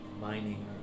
mining